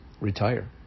retire